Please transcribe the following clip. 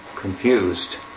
confused